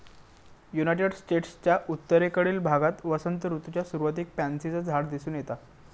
United स्टेट्सच्या उत्तरेकडील भागात वसंत ऋतूच्या सुरुवातीक पॅन्सीचा झाड दिसून येता